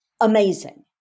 amazing